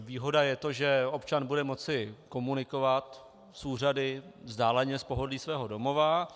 Výhoda je to, že občan bude moci komunikovat s úřady vzdáleně, z pohodlí svého domova.